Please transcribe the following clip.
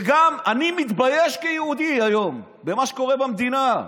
וגם אני מתבייש כיהודי היום במה שקורה במדינה.